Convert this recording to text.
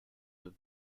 vœux